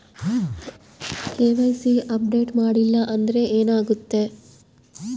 KYC update ಮಾಡಿಲ್ಲ ಅಂದ್ರೆ ಏನಾಗುತ್ತೆ?